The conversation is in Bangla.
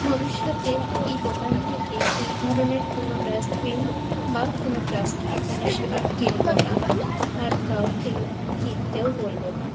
ভবিষ্যতে এই দোকান থেকে এই ধরনের কোনো ডাস্টবিন বা কোনো প্লাস্টিকের জিনিস আর কিনবো না আর কাউকে কিনতেও বলবো না